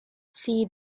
see